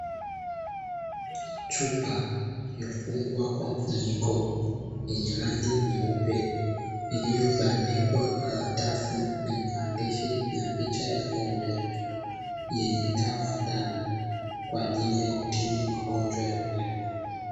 Chupa iliyofungwa kwa mfuniko wenye rangi nyeupe, iliyobandikwa karatasi lenye maandishi na picha ya ng'ombe yenye dawa ndani kwa ajili ya kutibu magonjwa ya wanyama.